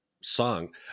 song